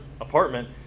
apartment